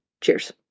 Cheers